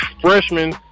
freshman